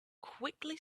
quickly